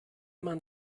man